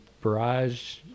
barrage